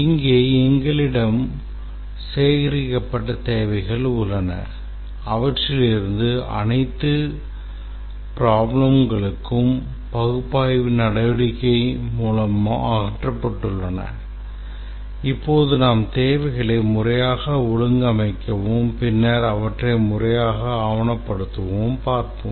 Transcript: இங்கே எங்களிடம் சேகரிக்கப்பட்ட தேவைகள் உள்ளன அவற்றில் இருந்து அனைத்து problemகளும் பகுப்பாய்வு நடவடிக்கை மூலம் அகற்றப்பட்டுள்ளன இப்போது நாம் தேவைகளை முறையாக ஒழுங்கமைக்கவும் பின்னர் அவற்றை முறையாக ஆவணப்படுத்தவும் பார்ப்போம்